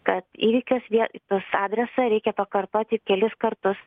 kad įvykio vietos adresą reikia pakartoti kelis kartus